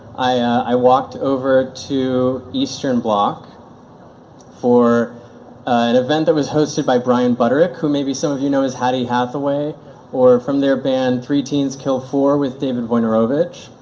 i walked over to eastern bloc for an event that was hosted by brian butterick, who maybe some of you know as hattie hathaway or from their band three teens kill four with david wojnarowicz.